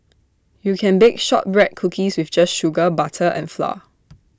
you can bake Shortbread Cookies just with sugar butter and flour